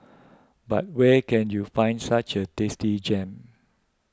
but where can you find such a tasty gem